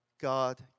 God